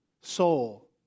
soul